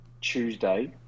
Tuesday